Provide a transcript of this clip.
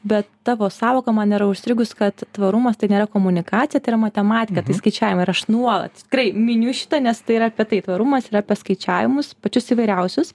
bet tavo sąvoka man yra užstrigus kad tvarumas tai nėra komunikacija tai yra matematika tai skaičiavimai ir aš nuolat tikrai miniu šitą nes tai yra apie tai tvarumas yra apie skaičiavimus pačius įvairiausius